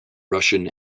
russian